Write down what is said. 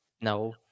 No